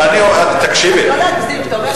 אז לא להגזים.